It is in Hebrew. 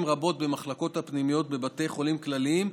רבות במחלקות הפנימיות בבתי חולים כלליים,